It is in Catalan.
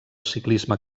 ciclisme